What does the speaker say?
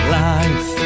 life